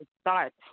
start